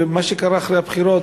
ומה שקרה אחרי הבחירות,